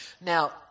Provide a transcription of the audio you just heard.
Now